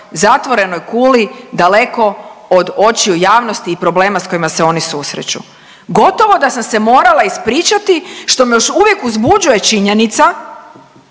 zatvorenoj kuli daleko od očiju javnosti i problema sa kojima se oni susreću. Gotovo da sam se morala ispričati što me još uvijek uzbuđuje činjenica